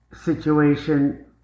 situation